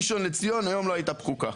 ראשון לציון היום לא הייתה פקוקה.